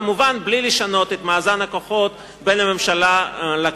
כמובן בלי לשנות את מאזן הכוחות בין הממשלה לכנסת.